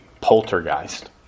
poltergeist